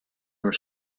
were